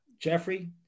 Jeffrey